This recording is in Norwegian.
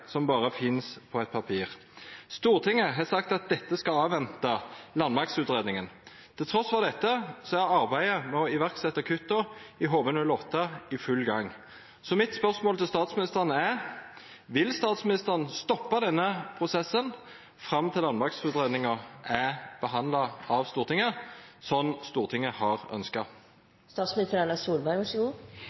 som berre finst på papiret. Stortinget har sagt at ein skal venta på landmaktutgreiinga. Trass dette er arbeidet med å setja i verk kutta i HV-08 i full gang. Mitt spørsmål til statsministeren er: Vil statsministeren stoppa denne prosessen fram til landmaktutgreiinga er behandla av Stortinget, slik Stortinget har